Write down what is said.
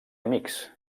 amics